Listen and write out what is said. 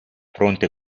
fronte